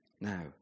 now